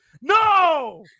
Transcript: no